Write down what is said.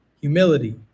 humility